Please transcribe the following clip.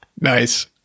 Nice